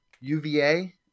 UVA